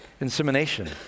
insemination